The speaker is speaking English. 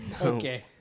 Okay